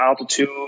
altitude